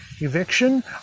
eviction